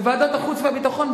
בוועדת החוץ והביטחון,